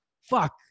fuck